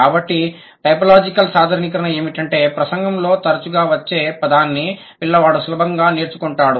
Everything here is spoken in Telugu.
కాబట్టి టైపోలాజికల్ సాధారణీకరణ ఏమిటంటే ప్రసంగంలో తరచుగా వచ్చే పదాన్ని పిల్లవాడు సులభంగా నేర్చుకుంటాడు